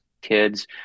kids